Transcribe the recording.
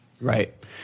right